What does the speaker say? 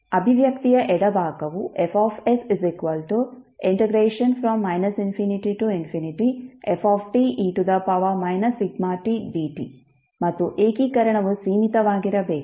ಅಭಿವ್ಯಕ್ತಿಯ ಎಡ ಭಾಗವು ಮತ್ತು ಏಕೀಕರಣವು ಸೀಮಿತವಾಗಿರಬೇಕು